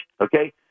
okay